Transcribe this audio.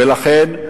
ולכן,